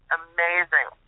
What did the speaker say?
amazing